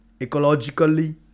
ecologically